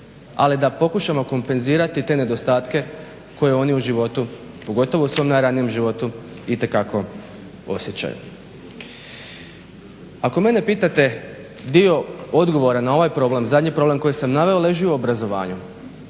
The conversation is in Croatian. ali da pokušamo kompenzirati te nedostatke koje oni u životu, pogotovo u svom najranijem životu, itekako osjećaju. Ako mene pitate dio odgovora na ovaj problem, zadnji problem koji sam naveo, leži u obrazovanju.